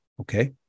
okay